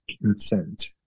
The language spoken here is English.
consent